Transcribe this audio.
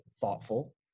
Thoughtful